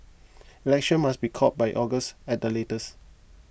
election must be called by August at the latest